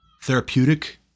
therapeutic